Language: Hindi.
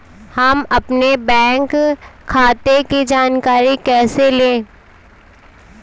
हम अपने बैंक खाते की जानकारी कैसे लें?